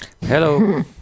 Hello